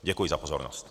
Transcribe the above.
Děkuji za pozornost.